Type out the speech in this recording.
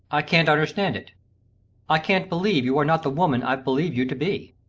i can't understand it i can't believe you are not the woman i've believed you to be.